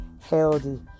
healthy